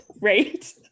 Right